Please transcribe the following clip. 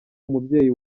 umubyeyi